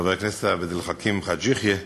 חבר הכנסת עבד אל חכים חאג' יחיא,